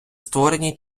створені